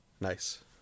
Nice